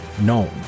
known